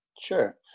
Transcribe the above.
Sure